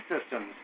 systems